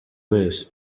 wese